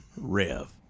Rev